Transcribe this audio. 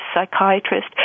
psychiatrist